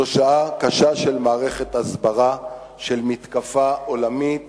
זו שעה קשה של מערכת הסברה, של מתקפה עולמית